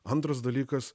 antras dalykas